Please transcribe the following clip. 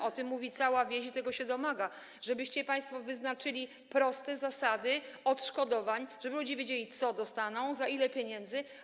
O tym mówi cała wieś i tego się domaga, żebyście państwo wyznaczyli proste zasady odszkodowań, żeby ludzie wiedzieli, co dostaną, ile pieniędzy.